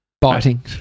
Biting